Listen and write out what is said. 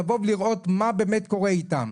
לבוא ולראות מה באמת קורה איתם.